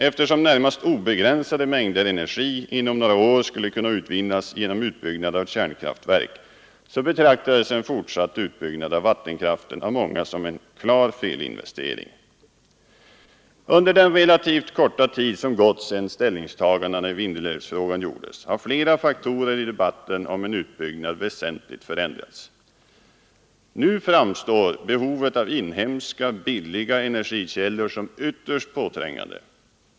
Eftersom närmast obegränsade mängder energi inom några år skulle kunna utvinnas genom utbyggnad av kärnkraftverk så betraktades en fortsatt utbyggnad av vattenkraften av många som en klar felinvestering. Under den relativt korta tid som gått sedan ställningstagandena i Vindelälvsfrågan gjordes har flera faktorer i debatten om en utbyggnad väsentligt förändrats. Nu framstår behovet av inhemska, billiga energikällor som ytterst påträngande.